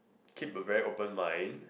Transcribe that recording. keep a very open mind